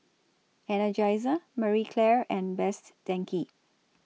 Energizer Marie Claire and Best Denki